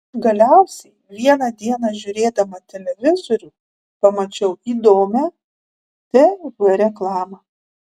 galiausiai vieną dieną žiūrėdama televizorių pamačiau įdomią tv reklamą